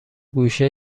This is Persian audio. گوشه